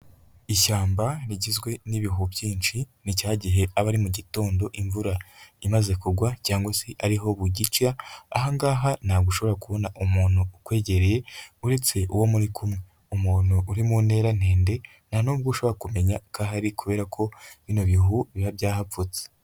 Ishyamba rigizwe n'ibihu byinshi ni cya gihe aba ari mu gitondo imvura imaze kugwa cyangwa se ariho bugicya, aha ngaha ntabwo ushobora kubona umuntu ukwegereye uretse uwo muri kumwe, umuntu uri mu ntera ndende nta nubwo ushobora kumenya ko ahari kubera ko bino bihu biba byahapfutse.